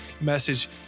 message